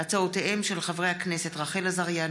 בהצעתם של חברי הכנסת רחל עזריה,